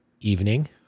evening